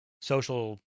social